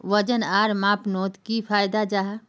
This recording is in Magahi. वजन आर मापनोत की फायदा जाहा?